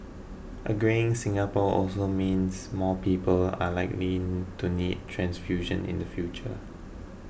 a greying Singapore also means more people are likely to need transfusions in the future